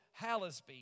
Hallisby